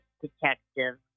detective